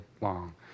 long